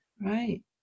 Right